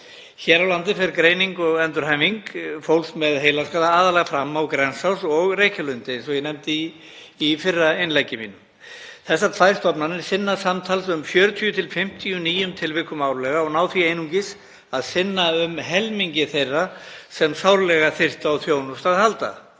Hér á landi fer greining og endurhæfing fólks með heilaskaða aðallega fram á Grensás og Reykjalundi, eins og ég nefndi í fyrra innleggi mínu. Þessar tvær stofnanir sinna samtals um 40–50 nýjum tilvikum árlega og ná því einungis að sinna um helmingi þeirra sem sárlega þyrftu á þjónustu að halda.